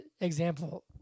example